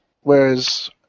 Whereas